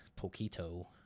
poquito